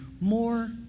more